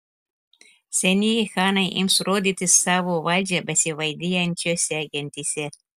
senieji chanai ims rodyti savo valdžią besivaidijančiose gentyse